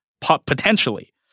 Potentially